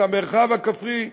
את המרחב הכפרי,